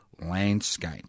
landscape